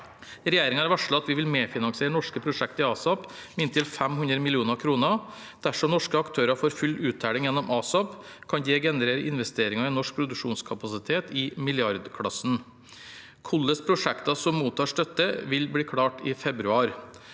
Regjeringen har varslet at vi vil medfinansiere norske prosjekter i ASAP med inntil 500 mill. kr. Dersom norske aktører får full uttelling gjennom ASAP, kan det generere investeringer i norsk produksjonskapasitet i milliardklassen. Hvilke prosjekter som mottar støtte, vil bli klart i februar.